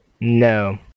No